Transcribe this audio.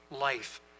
life